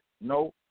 no